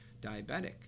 diabetic